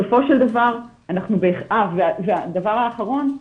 דבר אחרון,